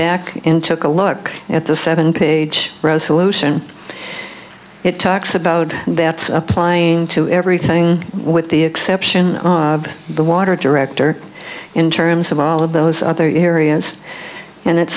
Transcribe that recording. into look at the seven page resolution it talks about that applying to everything with the exception of the water director in terms of all of those other areas and it's